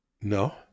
No